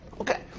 Okay